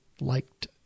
liked